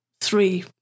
three